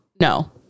no